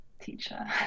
teacher